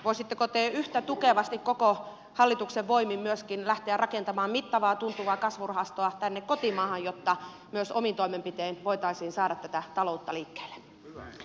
voisitteko te yhtä tukevasti koko hallituksen voimin myöskin lähteä rakentamaan mittavaa tuntuvaa kasvurahastoa tänne kotimaahan jotta myös omin toimenpitein voitaisiin saada tätä taloutta liikkeelle